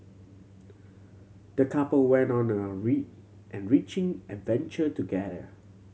the couple went on an an enriching adventure together